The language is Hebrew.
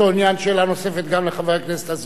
שאלה נוספת גם לחבר הכנסת אזולאי.